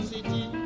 City